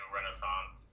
Renaissance